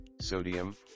sodium